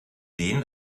denen